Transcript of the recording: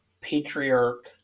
patriarch